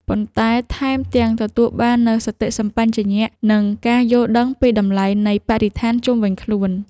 ប៉ុន្តែថែមទាំងទទួលបាននូវសតិសម្បជញ្ញៈ និងការយល់ដឹងពីតម្លៃនៃបរិស្ថានជុំវិញខ្លួន។